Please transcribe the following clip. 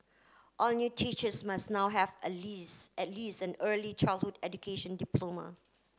all new teachers must now have a least at least an early childhood education diploma